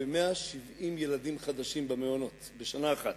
ב-170 ילדים חדשים במעונות בשנה אחת.